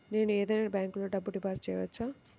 నేను ఏదైనా బ్యాంక్లో డబ్బు డిపాజిట్ చేయవచ్చా?